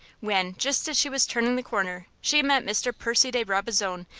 when, just as she was turning the corner, she met mr. percy de brabazon,